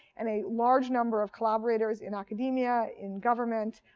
and a large number of collaborators in academia, in government,